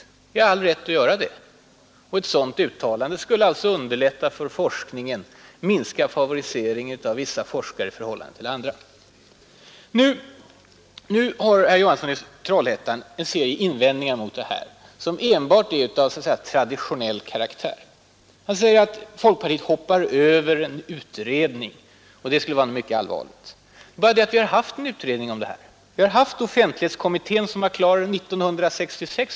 Vi har all rätt att göra det. Och ett sådant uttalande skulle underlätta för forskningen och minska favoriseringen av vissa forskare i förhållande till andra. Herr Johansson i Trollhättan har nu flera invändningar mot detta, och alla är av så att säga traditionell karaktär. Han säger att folkpartiet ”hoppat över” en utredning. Det skulle alltså vara mycket allvarligt. Det är bara det att vi redan har haft en utredning om dessa frågor, nämligen offentlighetskommittéen, som framlade sitt betänkande 1966.